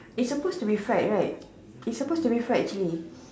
it's supposed to be fried right it's supposed to be fried actually